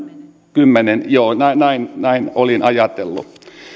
kymmenen joo näin näin olin ajatellut